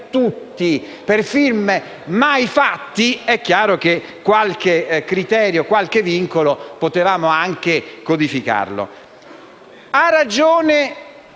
tutti per film mai fatti, è chiaro che qualche criterio e qualche vincolo potevamo anche codificarlo. Ha ragione